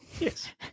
Yes